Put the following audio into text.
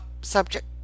subject